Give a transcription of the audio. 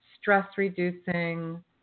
stress-reducing